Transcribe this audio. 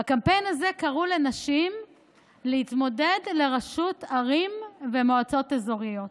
בקמפיין הזה קראו לנשים להתמודד לראשות ערים ומועצות אזוריות,